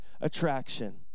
attraction